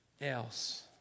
else